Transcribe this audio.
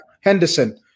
Henderson